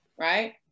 right